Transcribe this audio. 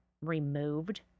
removed